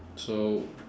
so